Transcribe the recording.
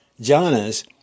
jhanas